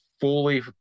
fully